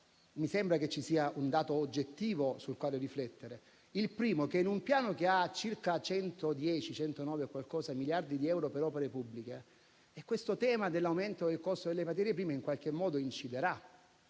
Mi sembra che ci sia un dato oggettivo sul quale riflettere. Il primo dato è che in un Piano che prevede circa 110 miliardi di euro per opere pubbliche, il tema dell'aumento del costo delle materie prime in qualche modo inciderà.